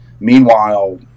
Meanwhile